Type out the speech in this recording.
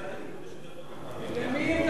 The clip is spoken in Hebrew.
אדוני,